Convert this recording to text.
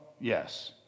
yes